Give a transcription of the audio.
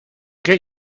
get